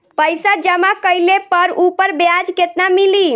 पइसा जमा कइले पर ऊपर ब्याज केतना मिली?